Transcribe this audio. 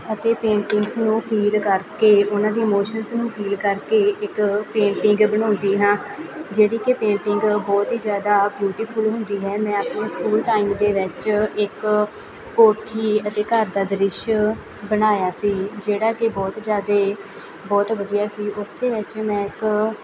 ਅਤੇ ਪੇਂਟਿੰਗਸ ਨੂੰ ਫੀਲ ਕਰਕੇ ਉਹਨਾਂ ਦੀ ਇਮੋਸ਼ਨਸ ਨੂੰ ਫੀਲ ਕਰਕੇ ਇੱਕ ਪੇਂਟਿੰਗ ਬਣਾਉਂਦੀ ਹਾਂ ਜਿਹੜੀ ਕਿ ਪੇਂਟਿੰਗ ਬਹੁਤ ਹੀ ਜ਼ਿਆਦਾ ਬਿਊਟੀਫੁਲ ਹੁੰਦੀ ਹੈ ਮੈਂ ਆਪਣੇ ਸਕੂਲ ਟਾਈਮ ਦੇ ਵਿੱਚ ਇੱਕ ਕੋਠੀ ਅਤੇ ਘਰ ਦਾ ਦ੍ਰਿਸ਼ ਬਣਾਇਆ ਸੀ ਜਿਹੜਾ ਕਿ ਬਹੁਤ ਜ਼ਿਆਦਾ ਬਹੁਤ ਵਧੀਆ ਸੀ ਉਸ ਦੇ ਵਿੱਚ ਮੈਂ ਇੱਕ